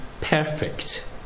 perfect